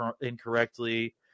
incorrectly